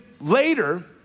later